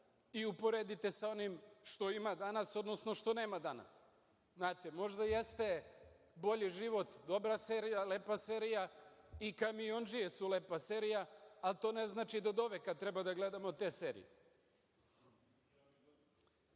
i uporedite sa onim što ima danas, odnosno što nema danas. Možda jeste „Bolji život“ dobra serija, lepa serija, i „Kamiondžije“ su lepa serija, ali to ne znači da doveka treba da gledamo te serije. Što